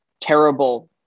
terrible